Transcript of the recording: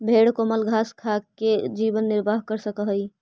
भेंड कोमल घास खाकर जीवन निर्वाह कर सकअ हई